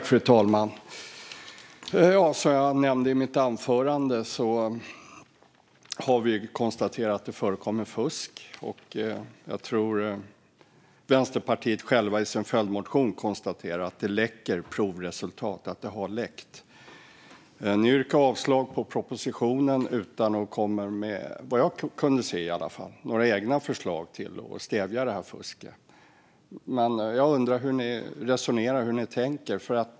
Fru talman! Som jag nämnde i mitt anförande har vi konstaterat att det förekommer fusk. Vänsterpartiet konstaterar i sin följdmotion att det har läckt och läcker prov. Ni yrkar avslag på propositionen utan att, vad jag kan se, komma med några egna förslag för att stävja detta fusk. Men jag undrar hur ni resonerar och tänker.